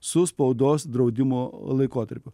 su spaudos draudimo laikotarpiu